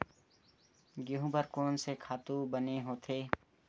गेहूं बर कोन से खातु बने होथे?